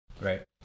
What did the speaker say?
Right